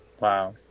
wow